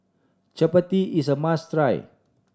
chappati is a must try